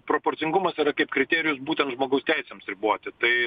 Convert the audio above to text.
proporcingumas yra kaip kriterijus būtent žmogaus teisėms riboti tai